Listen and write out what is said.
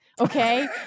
okay